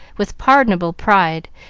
with pardonable pride,